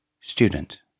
Student